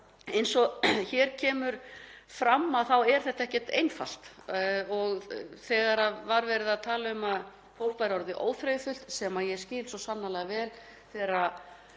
eins og hér kemur fram þá er þetta ekkert einfalt. Það var verið að tala um að fólk væri orðið óþreyjufullt sem ég skil svo sannarlega vel þegar